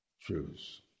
truths